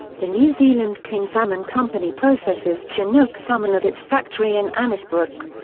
the new zealand king salmon company processes chinook salmon at its factory in annesbrook.